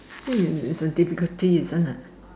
it it it's a difficulty isn't it